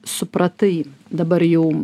supratai dabar jau